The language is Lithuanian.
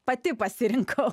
pati pasirinkau